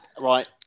right